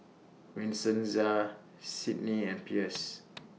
Vincenza Sydnie and Pierce